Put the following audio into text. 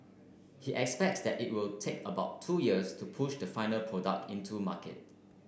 he expects that it will take about two years to push the final product into market